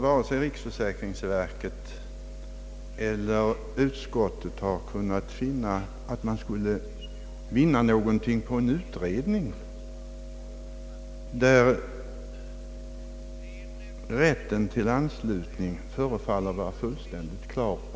Vare sig riksförsäkringsverket eller utskottet har kunnat finna att man skulle vinna någonting på en utredning, eftersom rätten till anslutning förefaller vara klar.